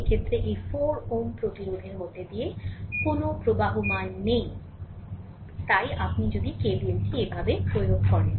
এক্ষেত্রে এই 4 Ω প্রতিরোধের মধ্য দিয়ে কোনও প্রবাহমান নেই 0 তাই আপনি যদি KVLটিকে এভাবে প্রয়োগ করেন